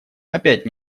опять